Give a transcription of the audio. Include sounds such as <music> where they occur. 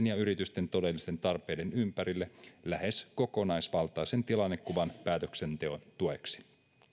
<unintelligible> ja yritysten todellisten tarpeiden ympärille lähes kokonaisvaltaisen tilannekuvan päätöksenteon tueksi